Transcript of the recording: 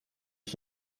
ich